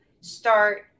start